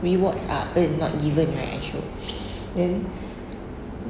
rewards are earn not given right I show then